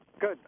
Good